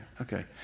okay